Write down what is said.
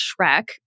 Shrek